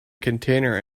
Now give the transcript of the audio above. container